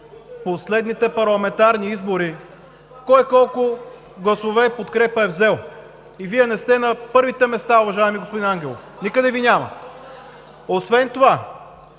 последните парламентарни избори кой колко гласове и подкрепа е взел. Вие не сте на първите места, уважаеми господин Ангелов. Никъде Ви няма! (Шум и